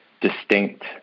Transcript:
distinct